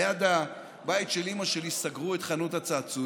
ליד הבית של אימא שלי סגרו את חנות הצעצועים.